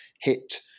hit